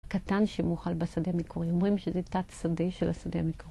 קטן שמוכל בשדה המקורי. אומרים שזה תת שדה של השדה המקורי.